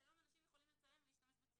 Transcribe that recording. שהיום אנשים יכולים להשתמש בצילומים.